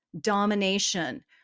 domination